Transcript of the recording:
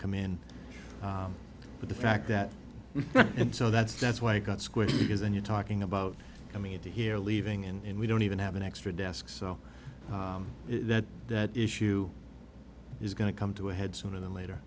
come in but the fact that and so that's that's why i got squished because then you're talking about coming into here leaving and we don't even have an extra desk so that that issue is going to come to a head sooner than later